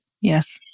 yes